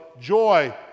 joy